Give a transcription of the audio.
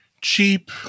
cheap